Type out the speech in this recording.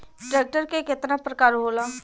Tractor के केतना प्रकार होला?